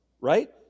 right